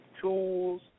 tools